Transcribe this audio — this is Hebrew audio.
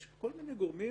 יש כל מיני גורמים